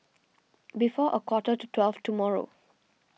before a quarter to twelve tomorrow